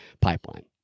pipeline